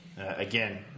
again